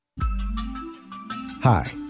Hi